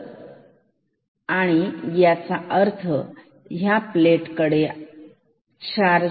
तर आणि याचा अर्थ या प्लेट कडे चार्ज येत आहे